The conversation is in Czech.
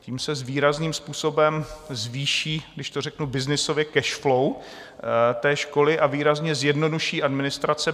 Tím se výrazným způsobem zvýší, když to řeknu byznysově, cash flow té školy a výrazně se zjednoduší administrace.